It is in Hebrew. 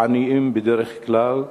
עניים, בדרך כלל,